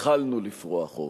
התחלנו לפרוע חוב.